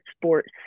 sports